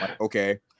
okay